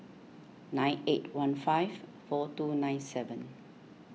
nine eight one five four two nine seven